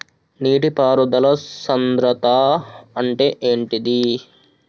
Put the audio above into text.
నీటి పారుదల సంద్రతా అంటే ఏంటిది?